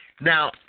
Now